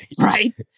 right